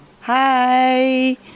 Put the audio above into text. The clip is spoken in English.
hi